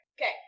okay